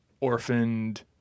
orphaned